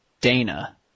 Dana